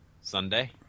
Sunday